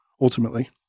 ultimately